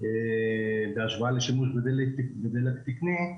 בהשוואה לשימוש בדלק תקני,